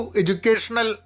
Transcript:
educational